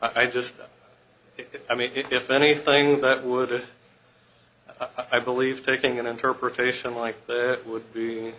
i just i mean if anything that would i believe taking an interpretation like that would be